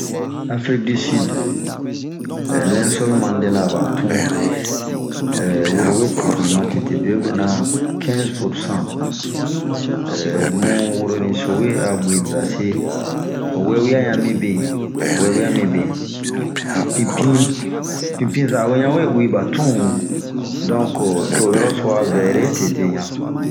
hee woro we tee bin matete, bie ho bie na kɛnze pursan ,ehh bun woroniso a we gue bin, wewia minbin, pinpin, pinpinza we ɲan we uwi ba tun. Donke to ho yurɔso a vɛre tete ɲan.